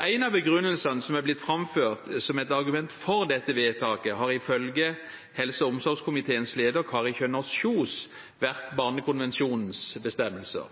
En av begrunnelsene som har blitt framført som et argument for dette vedtaket, har ifølge helse- og omsorgskomiteens leder, Kari Kjønaas Kjos, vært barnekonvensjonens bestemmelser.